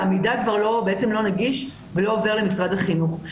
והמידע כבר לא נגיש ולא עובר למשרד החינוך.